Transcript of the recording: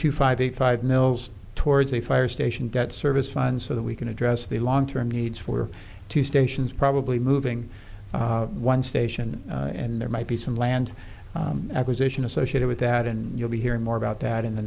two five eight five mills towards a fire station debt service fund so that we can address the long term needs for two stations probably moving one station and there might be some land acquisition associated with that and you'll be hearing more about that in the